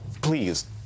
Please